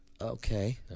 Okay